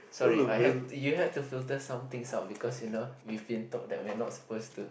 sorry I have you have to filter some things out because you know we've been told that we are not supposed to